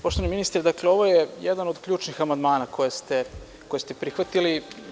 Poštovani ministre, ovo je jedan od ključnih amandmana koje ste prihvatili.